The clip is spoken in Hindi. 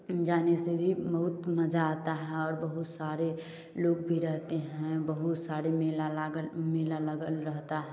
जाने से भी बहुत मज़ा आता है और बहुत सारे लोग भी रहते हैं बहुत सारे मेला लगा लागल रहता हैं